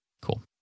cool